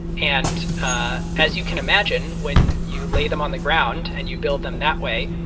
and ah as you can imagine, when you lay them on the ground and you build them that way,